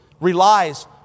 relies